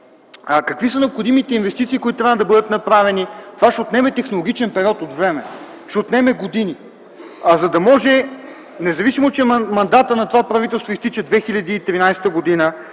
какви са необходимите инвестиции, които трябва да бъдат направени. Това ще отнеме технологичен период от време. Ще отнеме години. За да може, независимо че мандатът на това правителство изтича в 2013 г,